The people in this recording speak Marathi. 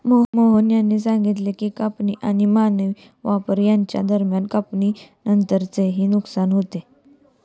मोहन यांनी सांगितले की कापणी आणि मानवी वापर यांच्या दरम्यान कापणीनंतरचे नुकसान होते